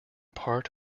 part